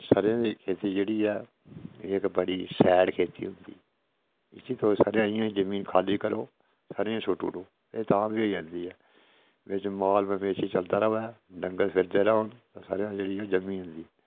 सरयां दी खेती जेह्ड़ी ऐ एह् इक बड़ी गै शैल खेती होंदी ऐ इस्सी इ'यां जमीन खाली करो ते सरयां सूट्टी ओड़ो एह् तां बी होई जंदी ऐ बिच्च माल मवेशी चलदा रोऐ डंगर फिरदे रौंह्न सरयां जेह्ड़ी ऐ जम्मी जंदी ऐ